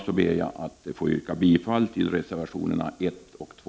Med detta ber jag att få yrka bifall till reservationerna 1 och 2.